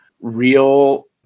real